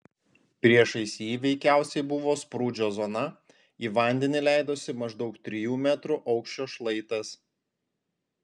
priešais jį veikiausiai buvo sprūdžio zona į vandenį leidosi maždaug trijų metrų aukščio šlaitas